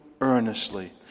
earnestly